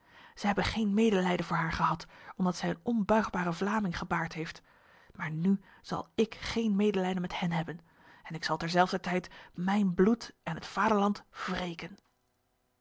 zij hebben geen medelijden voor haar gehad omdat zij een onbuigbare vlaming gebaard heeft maar nu zal ik geen medelijden met hen hebben en ik zal terzelfder tijd mijn bloed en het vaderland